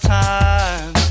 time